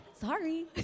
Sorry